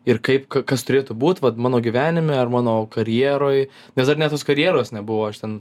ir kaip k kas turėtų būt vat mano gyvenime ir mano karjeroj nes dar net tos karjeros nebuvo aš ten